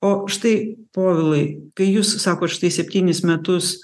o štai povilai kai jūs sakot štai septynis metus